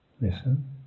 Listen